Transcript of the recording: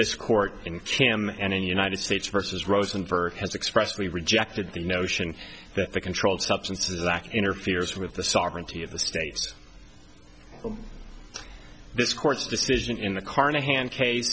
this court in cham and in the united states versus rosenberg has expressly rejected the notion that the controlled substances act interferes with the sovereignty of the states this court's decision in the carnahan case